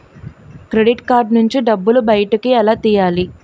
Credit card నుంచి డబ్బు బయటకు ఎలా తెయ్యలి?